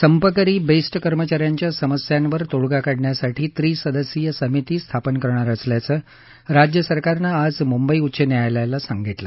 संपकरी बेस्ट कर्मचा यांच्या समस्यांवर तोडगा काढण्यासाठी त्रिसदस्यीय समिती स्थापन करणार असल्याचं राज्यसरकारनं आज मुंबई उच्च न्यायालयाला सांगितलं